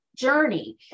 journey